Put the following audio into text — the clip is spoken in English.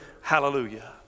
Hallelujah